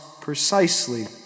precisely